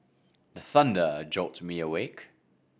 the thunder jolt me awake